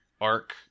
arc